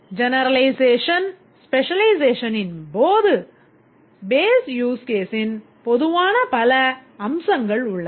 Generalization specializationனின் போது base use கேசின் பொதுவான பல அம்சங்கள் உள்ளன